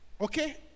Okay